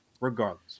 Regardless